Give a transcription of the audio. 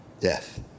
death